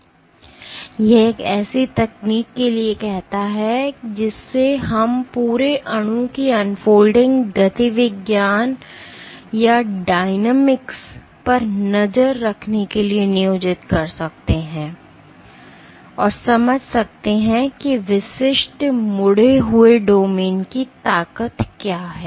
तो यह एक ऐसी तकनीक के लिए कहता है जिसे हम पूरे अणु की अनफोल्डिंग गतिविज्ञान डायनामिक्स dynamics पर नज़र रखने के लिए नियोजित कर सकते हैं और समझ सकते हैं कि विशिष्ट मुड़े हुए डोमेन की ताकत क्या है